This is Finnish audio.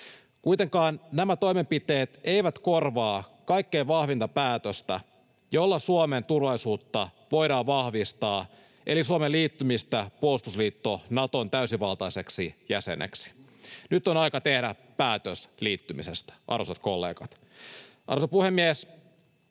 Kuitenkaan nämä toimenpiteet eivät korvaa kaikkein vahvinta päätöstä, jolla Suomen turvallisuutta voidaan vahvistaa, eli Suomen liittymistä puolustusliitto Naton täysivaltaiseksi jäseneksi. Nyt on aika tehdä päätös liittymisestä, arvoisat kollegat. Arvoisa puhemies!